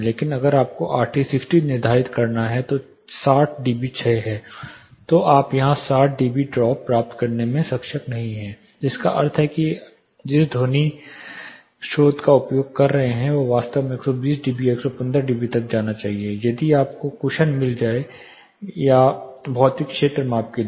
लेकिन अगर आपको आरटी 60 निर्धारित करना है कि 60 डीबी क्षय है तो आप यहां 60 डीबी ड्रॉप प्राप्त करने में सक्षम नहीं हैं जिसका अर्थ है कि हम जिस ध्वनि स्रोत का उपयोग कर रहे थे वह वास्तव में 120 डीबी या 115 डीबी तक जाना चाहिए ताकि आपको कुशन मिल जाए भौतिक क्षेत्र माप के लिए